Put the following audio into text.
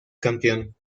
campeón